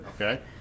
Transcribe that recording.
okay